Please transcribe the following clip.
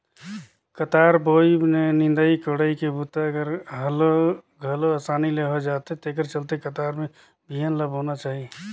कतार बोवई में निंदई कोड़ई के बूता हर घलो असानी ले हो जाथे तेखर चलते कतार में बिहन ल बोना चाही